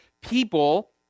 people